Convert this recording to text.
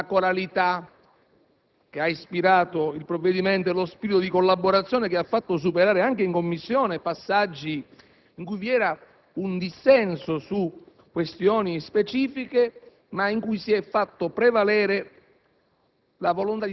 per la coralità che ha ispirato il provvedimento e lo spirito di collaborazione che ha fatto superare anche in Commissione passaggi in cui vi era un dissenso su questioni specifiche, ma in cui si è fatta prevalere